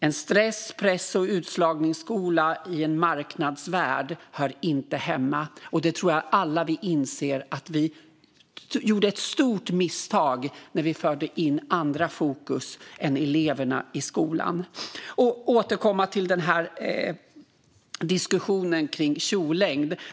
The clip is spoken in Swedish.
En stress-, press och utslagningsskola i en marknadsvärld hör inte hemma här. Jag tror att vi alla inser att vi gjorde ett stort misstag när vi förde in andra fokus än eleverna i skolan. Jag ska återkomma till diskussionen om kjollängd.